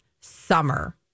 summer